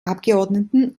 abgeordneten